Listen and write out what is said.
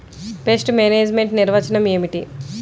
Pest management నిర్వచనం ఏమిటి?